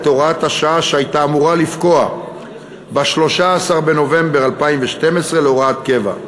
הוראת השעה שהייתה אמורה לפקוע ב-13 בנובמבר 2012 להוראת קבע,